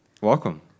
Welcome